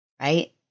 Right